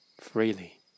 freely